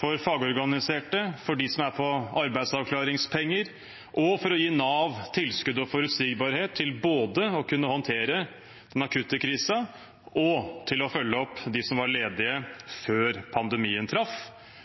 for fagorganiserte, for de som er på arbeidsavklaringspenger, og for å gi Nav tilskudd og forutsigbarhet, både til å kunne håndtere den akutte krisen og til å følge opp de som var ledige før pandemien traff,